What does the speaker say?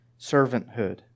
servanthood